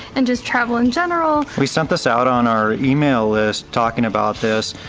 and just travel in general. we sent this out on our email list, talking about this,